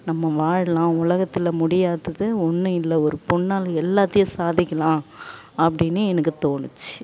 நம்ம வாழலாம் உலகத்தில் முடியாதது ஒன்றும் இல்லை ஒரு பொண்ணால் எல்லாத்தையும் சாதிக்கலாம் அப்படின்னு எனக்கு தோணுச்சு